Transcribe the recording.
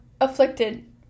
afflicted